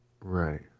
Right